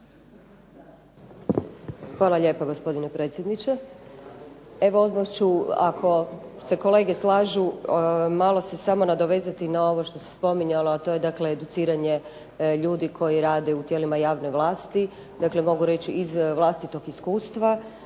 Hvala lijepo gospodine predsjedniče. Evo odmah ću ako se kolege slažu malo se samo nadovezati na ovo što se spominjalo a to je educiranje ljudi koji rade u tijelima javne vlasti. Dakle, mogu reći iz vlastitog iskustva,